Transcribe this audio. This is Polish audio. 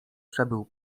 przebył